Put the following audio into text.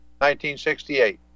1968